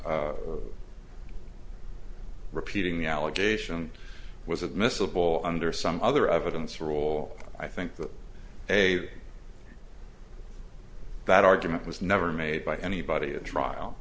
billy repeating the allegation was admissible under some other evidence rule i think that a that argument was never made by anybody at trial